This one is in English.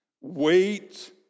Wait